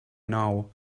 nou